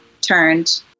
turned